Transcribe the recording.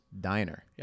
diner